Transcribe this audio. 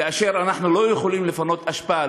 כאשר אנחנו לא יכולים לפנות אשפה,